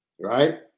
Right